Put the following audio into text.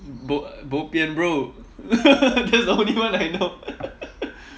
bo bo pian bro that's the only one that I know